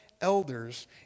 elders